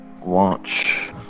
Launch